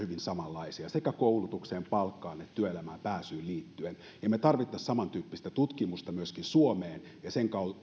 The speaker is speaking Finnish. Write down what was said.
ja hyvin samanlaisia sekä koulutukseen ja palkkaan että työelämään pääsyyn liittyen me tarvitsisimme samantyyppistä tutkimusta myöskin suomesta ja sen